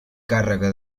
càrrega